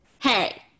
hey